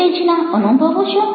ઉત્તેજના અનુભવો છો